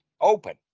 open